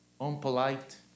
unpolite